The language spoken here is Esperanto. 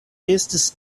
estis